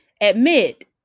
admit